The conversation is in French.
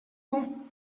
bon